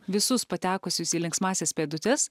visus patekusius į linksmąsias pėdutes